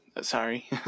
sorry